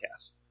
podcast